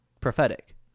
prophetic